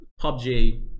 PUBG